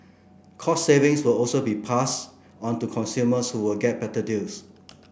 cost savings will also be passed onto consumers who will get better deals